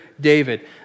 David